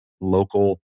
local